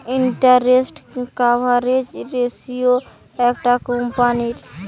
interest coverage ratio একটা কোম্পানীর